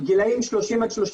גילאים 30 עד 39